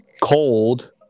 Cold